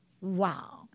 Wow